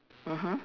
mmhmm